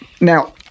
now